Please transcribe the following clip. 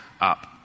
up